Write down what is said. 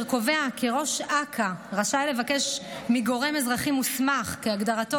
קובע כי ראש אכ"א רשאי לבקש מגורם אזרחי מוסמך כהגדרתו